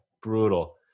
brutal